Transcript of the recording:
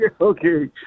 Okay